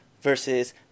Versus